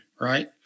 right